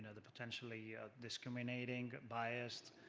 ah the potentially discriminating, biased